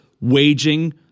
waging